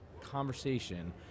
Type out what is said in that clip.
conversation